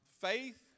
faith